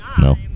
No